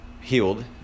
healed